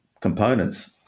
components